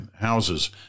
houses